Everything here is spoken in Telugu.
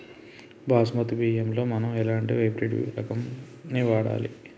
బాస్మతి బియ్యంలో మనం ఎలాంటి హైబ్రిడ్ రకం ని వాడాలి?